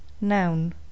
Noun